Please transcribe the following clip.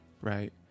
right